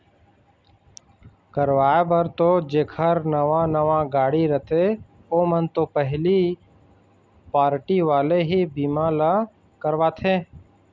करवाय बर तो जेखर नवा नवा गाड़ी रथे ओमन तो पहिली पारटी वाले ही बीमा ल करवाथे